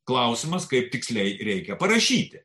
klausimas kaip tiksliai reikia parašyti